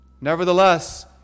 nevertheless